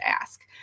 ask